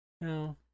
no